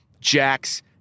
Jax